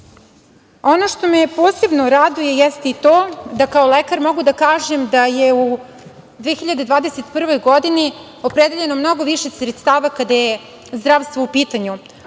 što me posebno raduje, jeste i to da kao lekar mogu da kažem da je u 2021. godini opredeljeno mnogo više sredstava kada je zdravstvo u pitanju,